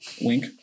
wink